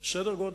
סדר-גודל.